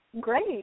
great